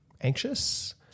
anxious